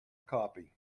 copy